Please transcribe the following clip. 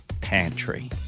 Pantry